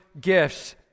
gifts